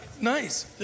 nice